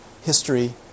history